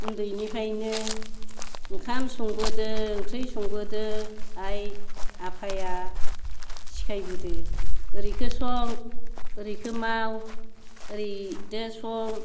उन्दैनिफ्राइनो ओंखाम संबोदों ओंख्रि संबोदों आय आफाया सिखायबोदों ओरैखो सों ओरैखौ माव ओरैखौदाय सं